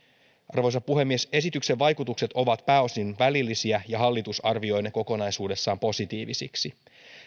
arvoisa puhemies esityksen vaikutukset ovat pääosin välillisiä ja hallitus arvioi ne kokonaisuudessaan positiivisiksi